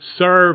Serve